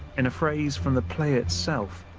in a phrase from the play itself,